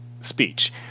speech